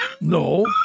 No